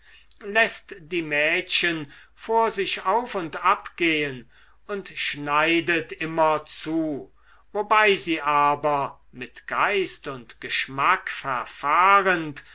läßt die mädchen vor sich auf und ab gehen und schneidet immer zu wobei sie aber mit geist und geschmack verfahrend